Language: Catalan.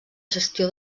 gestió